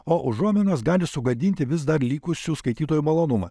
o užuominos gali sugadinti vis dar likusių skaitytojų malonumą